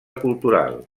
cultural